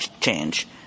change